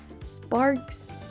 sparks